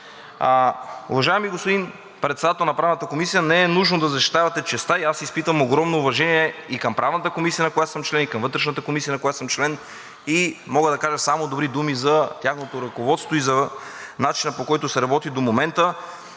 Уважаеми господин Председател на Правната комисия, не е нужно да защитавате честта. Аз изпитвам огромно уважение и към Правната комисия, на която съм член, и към Вътрешната комисия, на която съм член, и мога да кажа само добри думи за тяхното ръководство и за начина, по който се работи до момента.